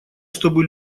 чтобы